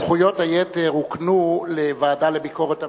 סמכויות היתר הוקנו לוועדה לביקורת המדינה.